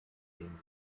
den